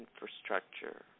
infrastructure